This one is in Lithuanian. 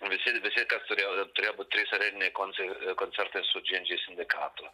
visi visi kas turėjo turėjo būt trys areniniai koncai koncertai su džy en džy sindikatu